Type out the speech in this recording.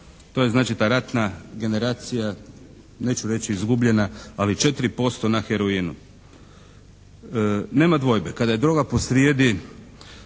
To znači ta ratna generacija, neću reći izgubljena, ali 4% na heroinu. Nema dvojbe, kada je droga posrijedi,